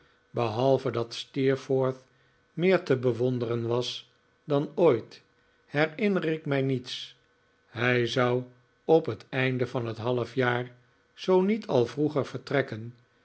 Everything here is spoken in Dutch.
behalve dat steerforth meer te bewonderen was dan ooit herinner ik mij niets hij zou op het einde van het halfjaar zoo niet al vroeger vertrekken